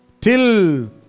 Till